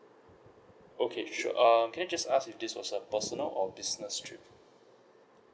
okay sure uh can I just ask if this was a personal or business trip